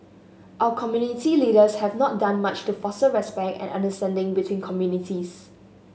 our community leaders have not done much to foster respect and understanding between communities